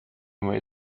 may